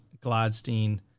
Gladstein